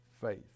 faith